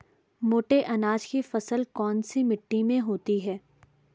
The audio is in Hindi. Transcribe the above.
मोटे अनाज की फसल कौन सी मिट्टी में होती है?